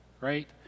right